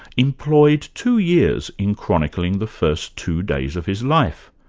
employed two years in chronicling the first two days of his life,